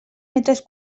metres